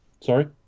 Sorry